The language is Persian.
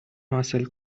حاصل